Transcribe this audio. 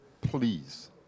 Please